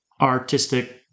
artistic